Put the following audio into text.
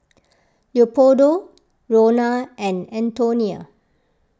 Leopoldo Ronna and Anthoney